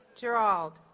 gerald